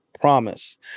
promise